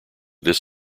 this